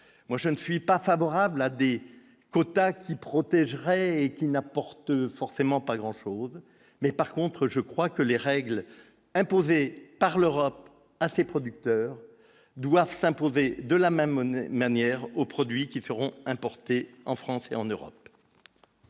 moi je ne suis pas favorable à des quotas qui protégerait et qui n'apporte forcément pas grand-chose, mais par contre je crois que les règles imposées par l'Europe à ses producteurs doivent s'imposer de la même monnaie, manière aux produits qui feront importée en France et en Europe.